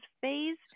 phase